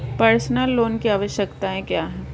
Personal loan की आवश्यकताएं क्या हैं?